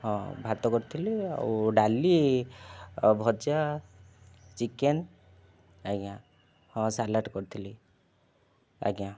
ହଁ ଭାତ କରିଥିଲି ଆଉ ଡାଲି ଆଉ ଭଜା ଚିକେନ୍ ଆଜ୍ଞା ହଁ ସାଲାଡ଼ କରିଥିଲି ଆଜ୍ଞା